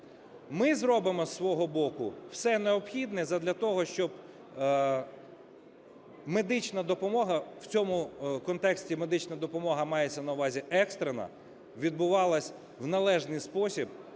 Ми зробимо зі свого боку все необхідне задля того, щоб медична допомога, в цьому контексті медична допомога мається на увазі екстрена, відбувалась в належний спосіб